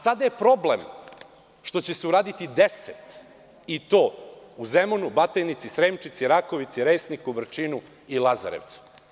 Sada je problem što će se uraditi 10 i to u Zemunu, Batajnici, Sremčici, Rakovici, Resniku, Vrčinu i Lazarevcu.